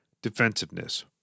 Defensiveness